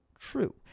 True